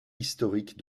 historique